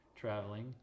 traveling